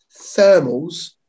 thermals